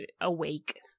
awake